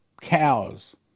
cows